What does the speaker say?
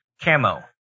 Camo